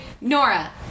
Nora